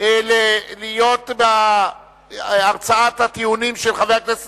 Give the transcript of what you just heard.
להיות בהרצאת הטיעונים של חבר הכנסת